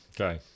Okay